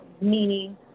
meaning